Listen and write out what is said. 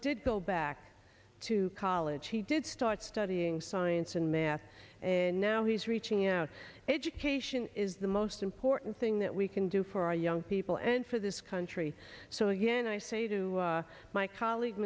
did go back to college he did start studying science and math and now he's reaching out to education is the most important thing that we can do for our young people and for this country so again i say to my colleague